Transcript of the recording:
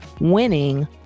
winning